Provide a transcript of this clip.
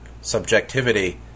subjectivity